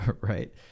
right